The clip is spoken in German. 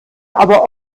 aber